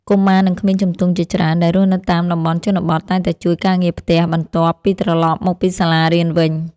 កុមារនិងក្មេងជំទង់ជាច្រើនដែលរស់នៅតាមតំបន់ជនបទតែងតែជួយការងារផ្ទះបន្ទាប់ពីត្រឡប់មកពីសាលារៀនវិញ។